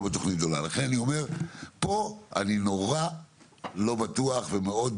אני אומר שפה אני נורא לא בטוח ומאוד